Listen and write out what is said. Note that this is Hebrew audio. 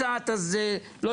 יש למצוא פתרון.